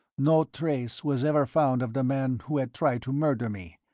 no trace was ever found of the man who had tried to murder me,